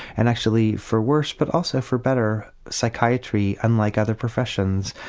and actually for worse but also for better, psychiatry, unlike other professions,